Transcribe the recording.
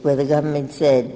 where the government